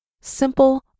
Simple